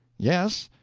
yes,